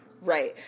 Right